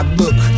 look